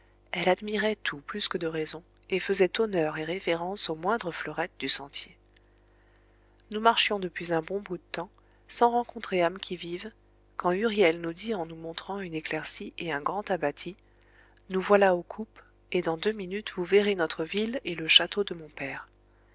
elle admirait tout plus que de raison et faisait honneur et révérence aux moindres fleurettes du sentier nous marchions depuis un bon bout de temps sans rencontrer âme qui vive quand huriel nous dit en nous montrant une éclaircie et un grand abatis nous voilà aux coupes et dans deux minutes vous verrez notre ville et le château de mon père